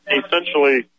essentially